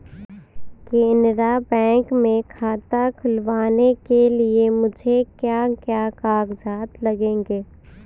Canara bank में खाता खुलवाने के लिए मुझे क्या क्या कागजात लगेंगे?